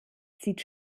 sieht